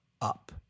up